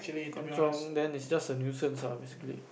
kanchiong then it's just a nuisance ah basically